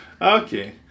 Okay